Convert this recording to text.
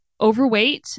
overweight